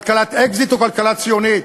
כלכלת אקזיט או כלכלה ציונית.